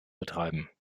betreiben